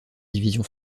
division